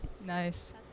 Nice